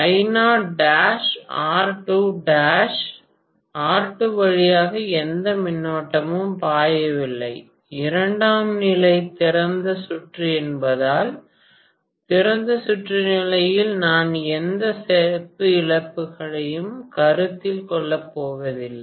R2 வழியாக எந்த மின்னோட்டமும் பாயவில்லை இரண்டாம் நிலை திறந்த சுற்று என்பதால் திறந்த சுற்று நிலையில் நான் எந்த செப்பு இழப்புகளையும் கருத்தில் கொள்ளப் போவதில்லை